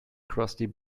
crusty